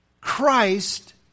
Christ